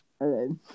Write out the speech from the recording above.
okay